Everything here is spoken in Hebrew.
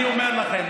אני אומר לכם,